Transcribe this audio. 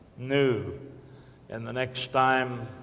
knew and the next time.